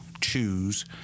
choose